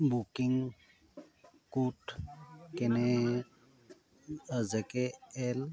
booking code কেনে জে কে এল